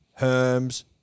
Herms